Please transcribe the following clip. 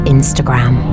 Instagram